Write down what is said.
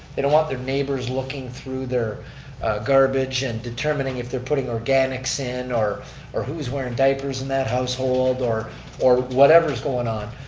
they don't want their neighbors looking through their garbage and determining if they're putting organics in or or who's wearing diapers in that household or or whatever is going on.